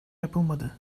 yapılmadı